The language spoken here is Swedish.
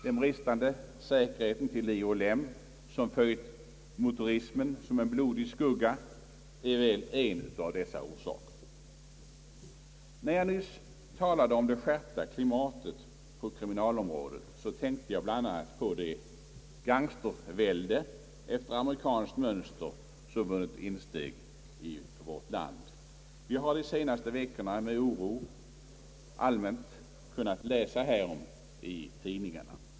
Den bristande säkerhet till liv och lem som följt motorismen som en blodig skugga är väl en av dessa orsaker. När jag nyss talade om det skärpta klimatet på kriminalområdet tänkte jag bl.a. på det gangstervälde efter amerikanskt mönster som vunnit insteg i vårt land. Vi har under de senaste veckorna med oro allmänt kunnat läsa härom i tidningarna.